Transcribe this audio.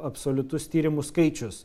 absoliutus tyrimų skaičius